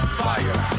fire